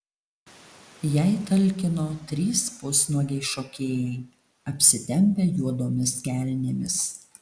jai talkino trys pusnuogiai šokėjai apsitempę juodomis kelnėmis